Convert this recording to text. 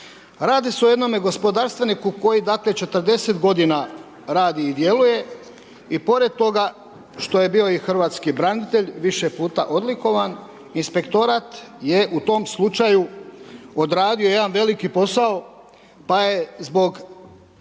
Radi se o jednome gospodarstveniku koji dakle 40 godina radi i djeluje i pored toga što je bio i hrvatski branitelj više puta odlikovan, inspektorat je u tom slučaju odradio jedan veliki posao, pa je zbog